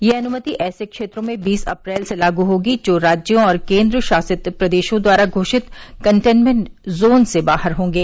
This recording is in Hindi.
यह अनुमति ऐसे क्षेत्रों में बीस अप्रैल से लागू होगी जो राज्यों और केंद्र शासित प्रदेशों द्वारा घोषित कंटेन्मेन्ट जोन से बाहर होंगे